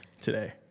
today